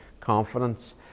confidence